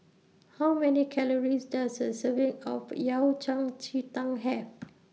How Many Calories Does A Serving of Yao Cai Ji Tang Have